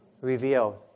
Revealed